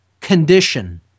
condition